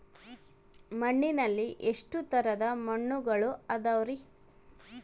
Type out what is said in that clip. ಮಣ್ಣಿನಲ್ಲಿ ಎಷ್ಟು ತರದ ಮಣ್ಣುಗಳ ಅದವರಿ?